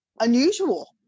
unusual